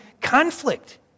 conflict